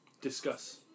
Discuss